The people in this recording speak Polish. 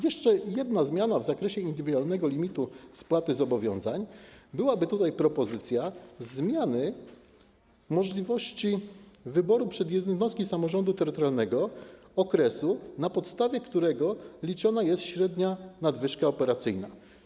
Jeszcze jedną zmianą w zakresie indywidualnego limitu spłaty zobowiązań byłaby propozycja zmiany możliwości wyboru przez jednostki samorządu terytorialnego okresu, na podstawie którego liczona jest średnia nadwyżka operacyjna.